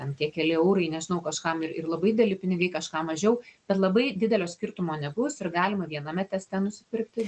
ten tie keli eurai nežinau kažkam ir ir labai dideli pinigai kažkam mažiau bet labai didelio skirtumo nebus ir galima viename teste nusipirkti